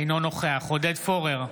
אינו נוכח עודד פורר,